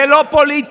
זה לא פוליטי,